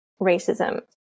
racism